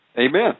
amen